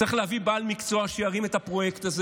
צריך להביא בעל מקצוע שירים את הפרויקט הזה